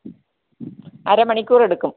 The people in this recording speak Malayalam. അര മണിക്കൂർ എടുക്കും